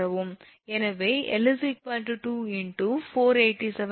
எனவே 𝑙 2 × 487